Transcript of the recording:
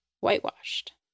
whitewashed